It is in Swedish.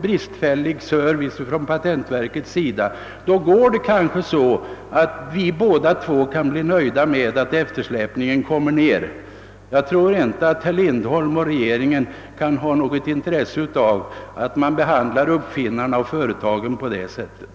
bli utomordentligt bristfällig, så går det kanske att bringa ned eftersläpningen — och både herr Lindholm och jag skulle alltså bli nöjda åtminstone i det hänseendet! Men jag tror inte att herr Lindholm och regeringen kan ha något intresse av att behandla uppfinnare och företag på det sättet.